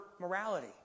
morality